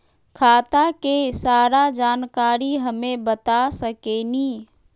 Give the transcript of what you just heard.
खाता के सारा जानकारी हमे बता सकेनी?